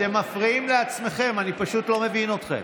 אתם מפריעים לעצמכם, אני פשוט לא מבין אתכם.